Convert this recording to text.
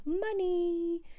money